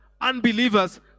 unbelievers